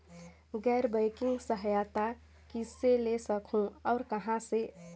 गैर बैंकिंग सहायता कइसे ले सकहुं और कहाँ से?